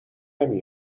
نمی